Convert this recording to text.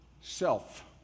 Self